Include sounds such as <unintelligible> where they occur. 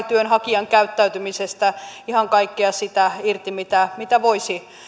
<unintelligible> työnhakijan käyttäytymisestä ihan kaikkea sitä irti mitä mitä voisi